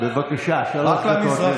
בבקשה, שלוש דקות לרשותך.